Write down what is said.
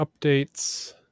updates